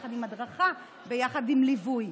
הדרכה וליווי.